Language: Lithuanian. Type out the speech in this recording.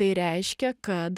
tai reiškia kad